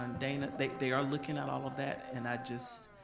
and and they they are looking at all of that. and i just,